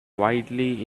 wildly